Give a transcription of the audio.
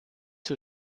zur